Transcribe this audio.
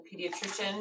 pediatrician